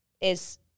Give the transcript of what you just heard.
is-